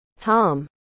Tom